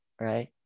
Right